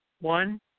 One